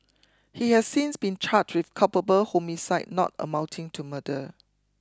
he has since been charged with culpable homicide not amounting to murder